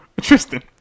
Tristan